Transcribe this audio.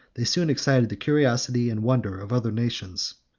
they soon excited the curiosity and wonder of other nations.